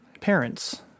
parents